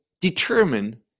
determine